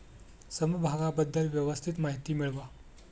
समभागाबद्दल व्यवस्थित माहिती मिळवा